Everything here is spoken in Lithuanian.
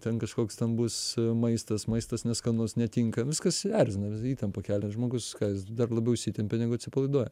ten kažkoks ten bus maistas maistas neskanus netinka viskas erzina vi įtampą kelia žmogus kas jis dar labiau įsitempia negu atsipalaiduoja